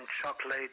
chocolate